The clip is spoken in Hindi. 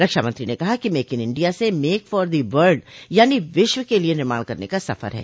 रक्षामंत्री ने कहा मेक इन इंडिया से make for the world यानी विश्व के लिए निर्माण करने का सफर है